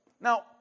Now